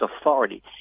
authority